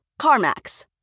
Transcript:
CarMax